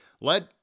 Let